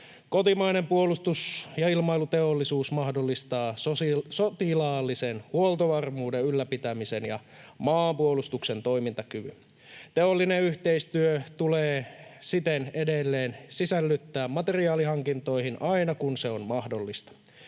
Kotimainen puolustus‑ ja ilmailuteollisuus mahdollistaa sotilaallisen huoltovarmuuden ylläpitämisen ja maanpuolustuksen toimintakyvyn. Teollinen yhteistyö tulee siten edelleen sisällyttää materiaalihankintoihin aina, kun se on mahdollista.